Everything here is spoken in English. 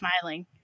smiling